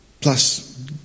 plus